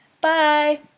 Bye